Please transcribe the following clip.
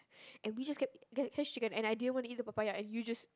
and we just kept getting cashew chicken and I didn't want to eat the papaya and you just